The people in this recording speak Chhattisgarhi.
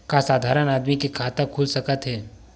का साधारण आदमी के खाता खुल सकत हे?